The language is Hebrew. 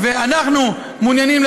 ואני מזכיר עוד פעם: כל המנגנונים,